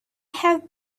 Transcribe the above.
have